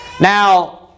Now